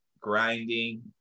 grinding